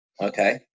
Okay